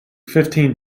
fifteen